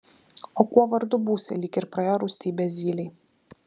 o kuo vardu būsi lyg ir praėjo rūstybė zylei